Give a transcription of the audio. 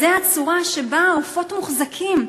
זו הצורה שבה העופות מוחזקים.